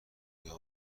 دنیا